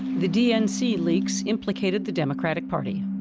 the dnc leaks implicated the democratic party.